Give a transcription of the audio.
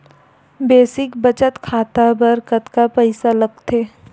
Basic बचत खाता बर कतका पईसा लगथे?